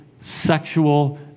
sexual